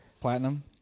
Platinum